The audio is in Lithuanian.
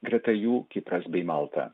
greta jų kipras bei malta